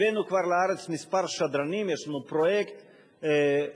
הבאנו כבר לארץ כמה שדרנים, יש לנו פרויקט שדרנים.